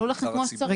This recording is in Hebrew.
העלו לכם כמו שצריך.